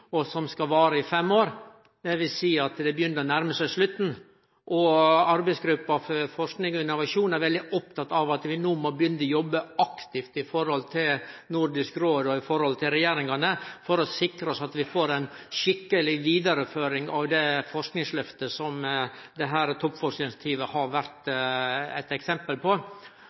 og som skal vare i fem år. Det vil seie at det begynner å nærme seg slutten, og arbeidsgruppa for forsking og innovasjon er veldig oppteken av at vi no må begynne å jobbe aktivt mot Nordisk råd og regjeringane for å sikre ei skikkeleg vidareføring av det forskingslyftet som Toppforskingsinitiativet har vore eit eksempel på.